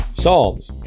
Psalms